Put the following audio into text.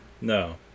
No